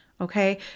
Okay